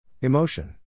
Emotion